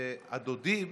שהדודים